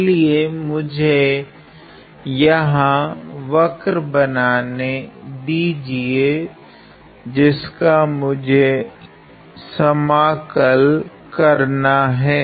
चलिए मुझे यहाँ वक्र बनाने दीजिए जिसका मुझे समाकल करना है